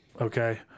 okay